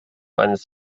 eines